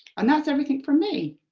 and that's everything from me.